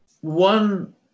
one